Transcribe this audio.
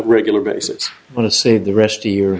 regular basis but to save the rest of your